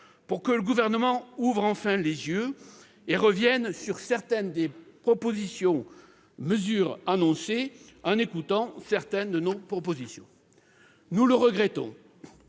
pour que le Gouvernement ouvre enfin les yeux et revienne sur certaines des mesures annoncées en écoutant quelques-unes de nos propositions. Nous le regrettons,